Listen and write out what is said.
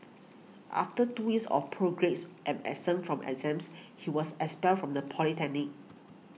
after two years of poor grades and absence from exams he was expelled from the polytechnic